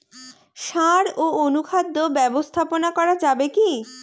সাড় ও অনুখাদ্য ব্যবস্থাপনা করা যাবে কি?